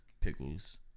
pickles